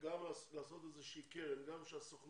גם לעשות איזו שהיא קרן, גם שהסוכנות